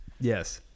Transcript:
Yes